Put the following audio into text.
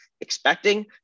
expecting